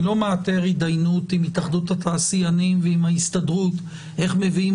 אני לא מאתר התדיינות עם התאחדות התעשיינים ועם ההסתדרות איך מביאים